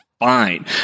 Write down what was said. Fine